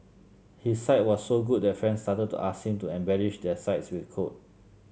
his site was so good that friends started to ask him to embellish their sites with code